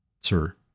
sir